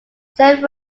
saint